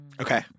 Okay